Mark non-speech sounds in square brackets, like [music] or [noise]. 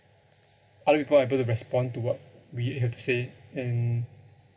[breath] other people are able to respond to what we have to say and